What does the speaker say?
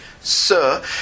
sir